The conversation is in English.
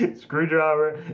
screwdriver